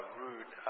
rude